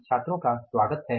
छात्रों का स्वागत हैं